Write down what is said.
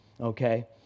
okay